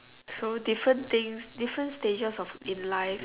so different things different stages of in life